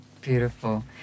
Beautiful